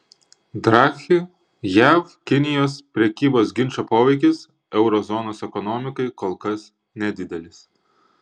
draghi jav kinijos prekybos ginčo poveikis euro zonos ekonomikai kol kas nedidelis